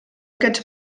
aquests